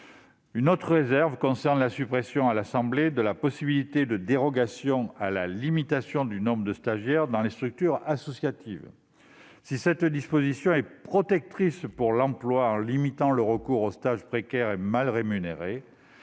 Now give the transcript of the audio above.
Une autre réserve concerne la suppression, à l'Assemblée nationale, de la possibilité de dérogation à la limitation du nombre de stagiaires dans les structures associatives. Si cette disposition est protectrice pour l'emploi, en ce qu'elle limite le recours aux stages précaires et mal rémunérés,